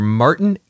martin